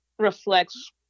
reflects